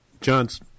John's